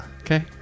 Okay